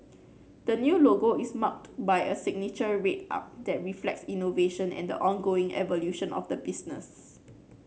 the new logo is marked by a signature red arc that reflects innovation and the ongoing evolution of the business